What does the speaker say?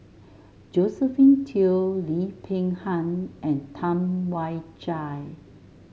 Josephine Teo Lim Peng Han and Tam Wai Jia